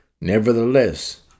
Nevertheless